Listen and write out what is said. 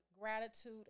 gratitude